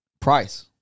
Price